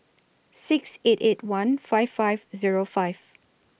six eight eight one five five Zero five